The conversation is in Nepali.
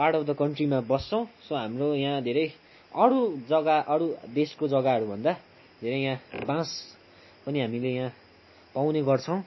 पार्ट अफ द कन्ट्रीमा बस्छौँ सो हाम्रो यहाँ धेरै अरू जग्गा अरू देशको जग्गाहरूभन्दा धेरै यहाँ बाँस पनि हामीले यहाँ पाउने गर्छौँ